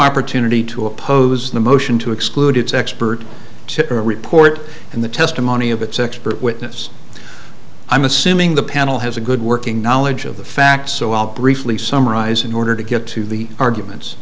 opportunity to oppose the motion to exclude its expert to a report and the testimony of its expert witness i'm assuming the panel has a good working knowledge of the facts so i'll briefly summarize in order to get to the arguments